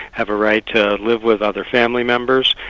have a right to live with other family members,